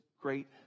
great